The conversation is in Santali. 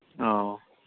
ᱚᱸᱻ